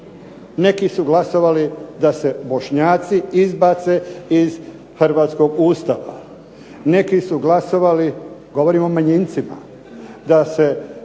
Neki su glasovali da se Bošnjaci izbace iz hrvatskog Ustava, neki su glasovali, govorim o manjincima, da se